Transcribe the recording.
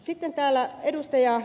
sitten täällä ed